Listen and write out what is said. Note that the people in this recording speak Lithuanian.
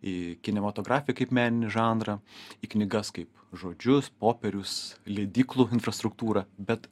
į kinematografiją kaip meninį žanrą į knygas kaip žodžius popierius leidyklų infrastruktūrą bet